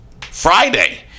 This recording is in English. Friday